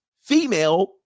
female